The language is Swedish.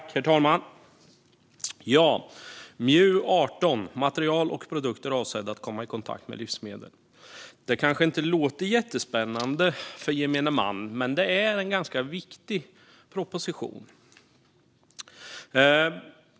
Herr talman! I betänkandet MJU18 Material och produkter avsedda att komma i kontakt med livsmedel behandlas en proposition som kanske inte låter jättespännande för gemene man, men den är ganska viktig.